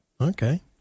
Okay